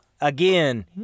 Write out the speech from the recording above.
again